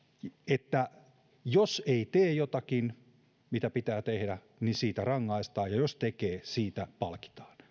että jos ei tee jotakin mitä pitää tehdä niin siitä rangaistaan ja jos tekee siitä palkitaan